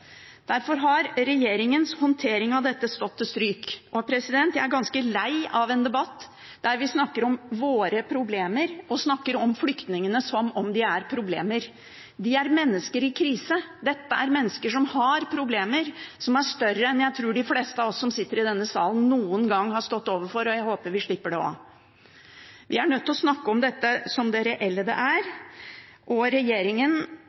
Derfor har regjeringens håndtering av dette stått til stryk. Og jeg er ganske lei av en debatt der vi snakker om våre problemer og snakker om flyktningene som om de er problemer. De er mennesker i krise. Dette er mennesker som har problemer som er større enn hva jeg tror de fleste av oss som sitter i denne salen, noen gang har stått overfor, og jeg håper vi slipper det også. Vi er nødt til å snakke om dette som det reelle det er, og regjeringen